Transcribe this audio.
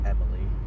Emily